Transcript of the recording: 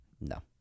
no